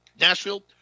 Nashville